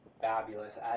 fabulous